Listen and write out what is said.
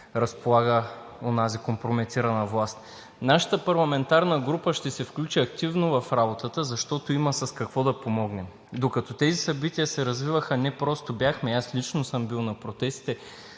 разполага онази компрометирана власт. Нашата парламентарна група ще се включи активно в работата, защото има с какво да помогнем. Докато тези събития се развиваха, не просто бяхме, аз лично съм бил на протестите,